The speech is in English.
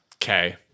Okay